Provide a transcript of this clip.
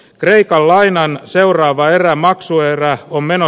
kreikkalainen seuraava erä maksuerää omena